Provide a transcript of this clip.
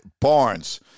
Barnes